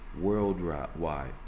worldwide